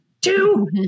two